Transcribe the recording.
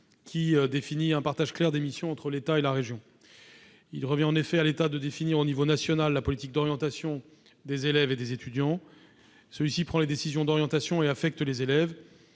qui définit un partage clair des missions entre l'État et la région. Il revient en effet à l'État de définir à l'échelon national la politique d'orientation des élèves et des étudiants. Celui-ci prend les décisions d'orientation et affecte les élèves.